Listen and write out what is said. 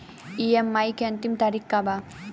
EMI के अंतिम तारीख का बा?